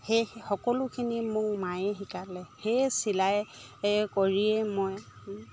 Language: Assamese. সেই সকলোখিনি মোক মায়ে শিকালে সেয়ে চিলাই কৰিয়েই মই